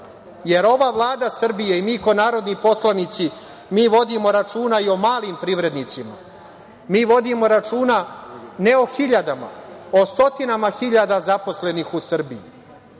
jer ova Vlada Srbije i mi kao narodni poslanici, mi vodimo računa i o malim privrednicima, mi vodimo računa ne o hiljadama, o stotinama hiljada zaposlenih u Srbiji. Svaka